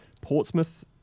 Portsmouth